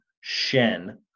shen